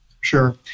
Sure